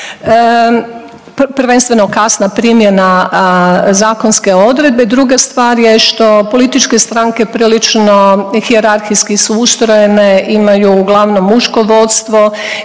prvenstveno kasna primjena zakonske odredbe. Druga stvar je što političke stranke prilično hijerarhijski su ustrojene imaju uglavnom muško vodstvo